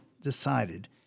decided